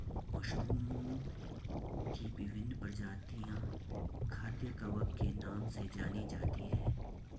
मशरूमओं की विभिन्न प्रजातियां खाद्य कवक के नाम से जानी जाती हैं